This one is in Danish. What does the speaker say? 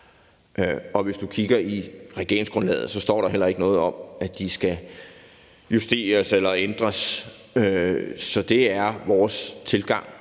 og hvis du kigger i regeringsgrundlaget, står der heller ikke noget om, at de skal justeres eller ændres. Så det er vores tilgang